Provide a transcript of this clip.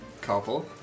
Couple